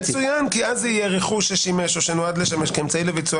מצוין כי אז זה יהיה רכוש ששימש או שנועד לשמש כאמצעי לביצוע.